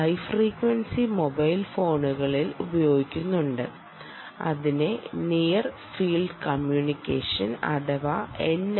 high frequency mobile ഫോണുകളിൽ ഉപയോഗിക്കുന്നുണ്ട് അതിനെ നിയർ ഫീൽഡ് കമ്മ്യൂണിക്കഷൻ അഥവാ എൻ